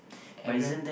everyone